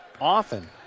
Often